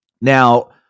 Now